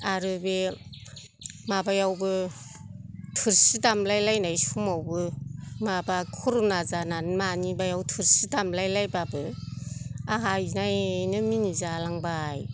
आरो बे माबायावबो थोरसि दामलायलायनाय समावबो माबा कर'ना जानानै मानिबायाव थोरसि दामलायलायबाबो आंहा इनायनो मिनिजालांबाय